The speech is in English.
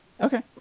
Okay